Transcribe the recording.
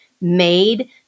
made